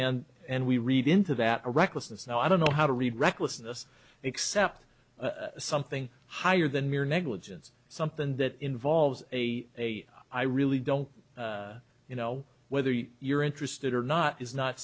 and and we read into that a recklessness and i don't know how to read recklessness except something higher than mere negligence something that involves a a i really don't you know whether you're interested or not is not